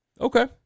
Okay